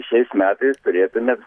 šiais metais turėtume